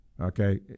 Okay